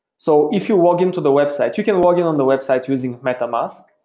so if you login to the website, you can login on the website using metamask.